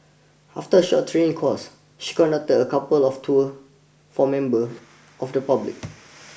after a short training course she conducted a couple of tours for members of the public